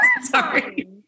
Sorry